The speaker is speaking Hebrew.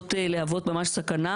שיכולות להוות ממש סכנה.